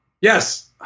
Yes